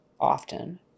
often